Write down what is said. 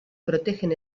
protegen